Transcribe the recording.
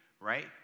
right